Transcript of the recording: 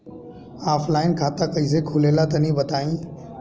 Offline खाता कइसे खुले ला तनि बताई?